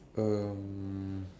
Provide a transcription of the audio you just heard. um